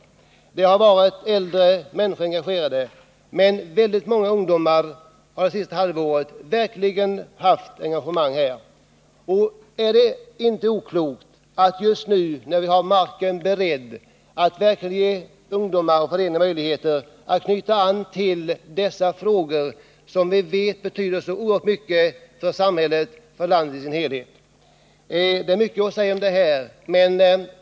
Äldre människor har varit engagerade, men väldigt många ungdomar har under det senaste halvåret verkligen engagerat sig, och då är det inte oklokt att just nu, när marken är beredd, ge ungdomar och föreningar möjlighet att knyta an till dessa frågor, som vi vet betyder så oerhört mycket för landet i dess helhet. Det är mycket att säga i den här frågan.